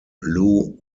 lew